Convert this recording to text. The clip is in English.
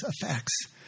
effects